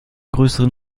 größeren